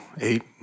eight